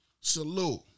Salute